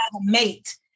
mate